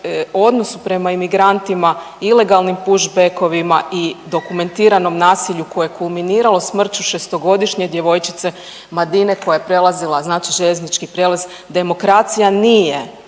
odnosu prema imigrantima, ilegalnim push-backovima i dokumentiranom nasilju koje je kulminiralo smrću 6-godišnje djevojčice Madine koja je prelazila znači željeznički prijelaz. Demokracija nije